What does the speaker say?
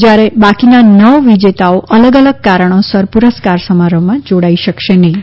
જ્યારે બાકીનાં નવ વિજેતાઓ અલગ અલગ કારણોસર પ્રરસ્કાર સમારોહમાં જોડાઈ શકશે નહિં